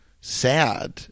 sad